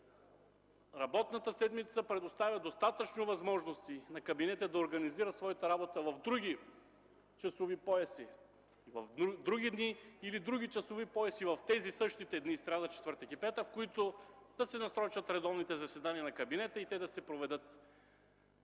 Работната седмица предоставя достатъчно възможности на кабинета да организира своята работа в други часови пояси, в други дни или в други часови пояси в тези същите дни сряда, четвъртък и петък, в които да се насрочат редовните заседания на кабинета и те да се проведат